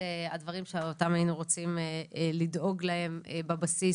הדברים שלהם היינו רוצים לדאוג בבסיס